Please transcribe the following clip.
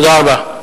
תודה רבה.